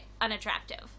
unattractive